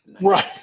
right